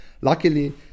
Luckily